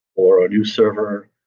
or a new server,